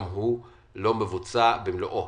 לא מבוצע במלואו.